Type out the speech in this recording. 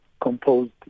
composed